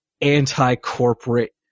anti-corporate